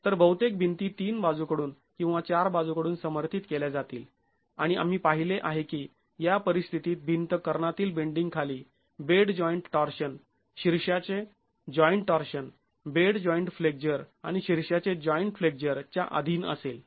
तर बहुतेक भिंती तीन बाजूकडून किंवा चार बाजूकडून समर्थित केल्या जातील आणि आम्ही पाहिले आहे की या परिस्थितीत भिंत कर्णातील बेंडींग खाली बेड जॉईंट टॉर्शन शीर्ष्याचे joint torsion bed joint flexure आणि शीर्षाचे जॉईंट फ्लेक्झर च्या अधीन असेल